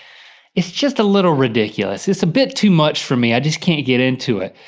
it's just a little ridiculous, it's a bit too much for me, i just can't get into it.